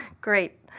Great